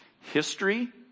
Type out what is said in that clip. history